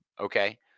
okay